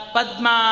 Padma